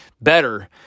better